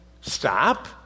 stop